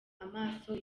amaso